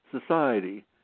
society